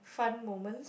fun moments